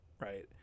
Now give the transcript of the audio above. right